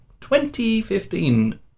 2015